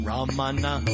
Ramana